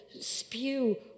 spew